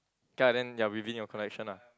K ah then ya within your collection lah